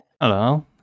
hello